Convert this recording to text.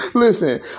Listen